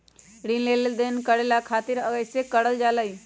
ऋण लेनदेन करे खातीर आवेदन कइसे करल जाई?